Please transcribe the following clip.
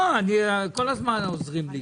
לא, כל הזמן עוזרים לי.